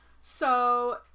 So-